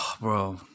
Bro